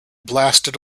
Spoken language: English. blasted